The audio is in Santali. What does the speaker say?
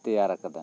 ᱛᱮᱭᱟᱨ ᱟᱠᱟᱫᱟ